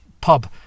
pub